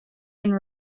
and